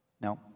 Now